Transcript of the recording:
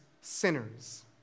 sinners